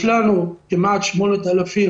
יש לנו כמעט 8,000